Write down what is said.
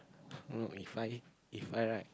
err If I If I right